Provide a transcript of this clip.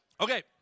Okay